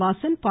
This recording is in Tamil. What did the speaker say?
வாசன் பா